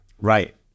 Right